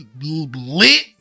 lit